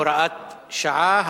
הוראת שעה),